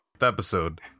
...episode